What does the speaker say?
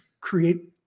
create